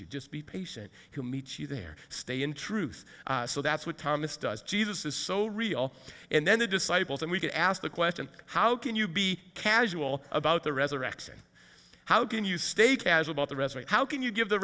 you just be patient who meets you there stay in truth so that's what thomas does jesus is so real and then the disciples and we could ask the question how can you be casual about the resurrection how can you stay casual about the resume how can you give the